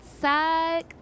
suck